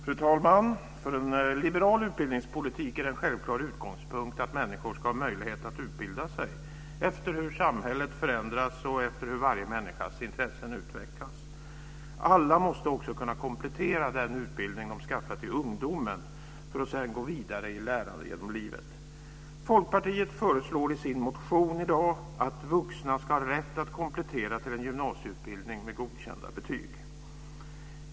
Fru talman! För en liberal utbildningspolitik är det en självklar utgångspunkt att människor ska ha möjlighet att utbilda sig efter hur samhället förändras och efter hur varje människas intressen utvecklas. Alla måste också kunna komplettera den utbildning de skaffat i ungdomen för att sedan gå vidare i lärande genom livet. Folkpartiet föreslår i dag i sin motion att alla vuxna ska ha rätt att komplettera till en gymnasieutbildning med godkända betyg.